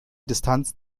distanz